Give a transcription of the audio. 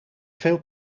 veel